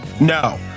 no